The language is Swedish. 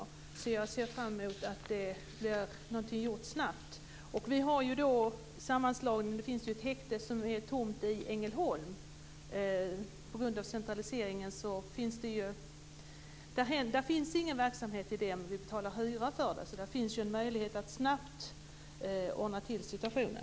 Jag ser fram emot att någonting blir gjort snabbt. Det finns ju ett häkte som är tomt i Ängelholm efter sammanslagningen och centraliseringen. Det finns ingen verksamhet där, men vi betalar hyra för det. Där finns ju en möjlighet att snabbt ordna upp situationen.